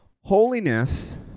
Holiness